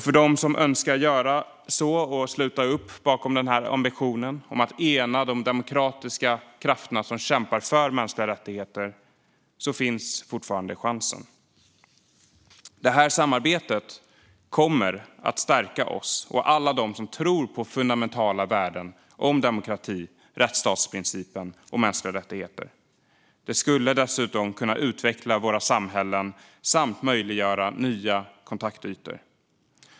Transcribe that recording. För dem som önskar sluta upp bakom ambitionen att ena de demokratiska krafter som kämpar för mänskliga rättigheter finns fortfarande chansen. Det här samarbetet kommer att stärka oss och alla dem som tror på fundamentala värden som demokrati, rättsstatsprincipen och mänskliga rättigheter. Det skulle dessutom kunna utveckla våra samhällen samt möjliggöra nya kontaktytor.